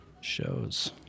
shows